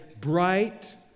bright